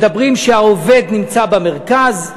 מדברים על כך שהעובד נמצא במרכז,